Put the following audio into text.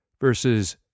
versus